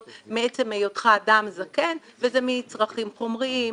מעצם היותך אדם זקן וזה מצרכים חומריים,